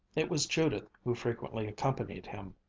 it was judith who frequently accompanied him,